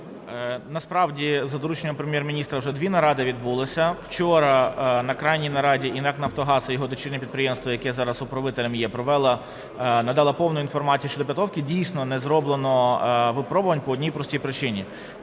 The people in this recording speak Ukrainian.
Насправді за дорученням Прем’єр-міністра вже дві наради відбулися. Вчора на крайній нараді і НАК "Нафтогаз", і його дочірнє підприємство, яке зараз управителем є, провели, надали повну інформацію щодо... Дійсно, не зроблено випробувань по одній простій причині.